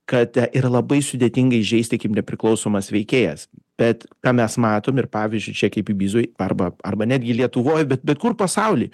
kad yra labai sudėtinga įžeisti kaip nepriklausomas veikėjas bet ką mes matom ir pavyzdžiui čia kaip ibizoj arba arba netgi lietuvoj bet bet kur pasauly